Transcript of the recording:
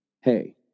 Hey